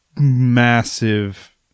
massive